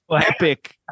epic